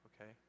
okay